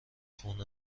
خون